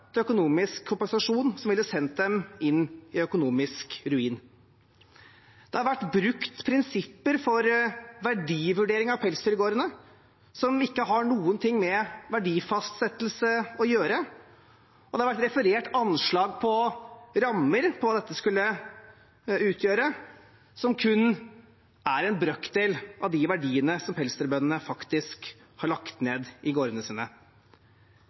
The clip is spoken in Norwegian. økonomisk kompensasjon som ville sendt dem inn i økonomisk ruin. Det er blitt brukt prinsipper for verdivurdering av pelsdyrgårdene som ikke har noe med verdifastsettelse å gjøre, og det er blitt referert anslag på rammer for hva dette skulle utgjøre, som kun er en brøkdel av verdiene som pelsdyrbøndene faktisk har lagt ned i gårdene sine.